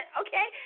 okay